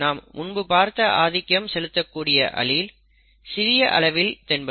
நாம் முன்பு பார்த்த ஆதிக்கம் செலுத்தக் கூடிய அலீல் சிறிய அளவில் தென்படும்